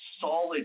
solid